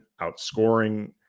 outscoring